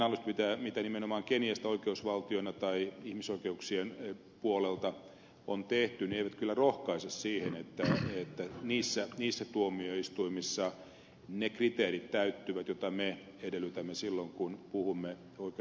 nämä analyysit mitä nimenomaan keniasta oikeusvaltiona tai ihmisoikeuksien puolelta on tehty eivät kyllä rohkaise siihen että niissä tuomioistuimissa ne kriteerit täyttyvät joita me edellytämme silloin kun puhumme oikeudenmukaisesta tuomioprosessista